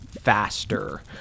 faster